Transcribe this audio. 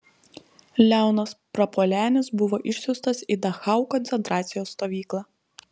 leonas prapuolenis buvo išsiųstas į dachau koncentracijos stovyklą